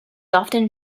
often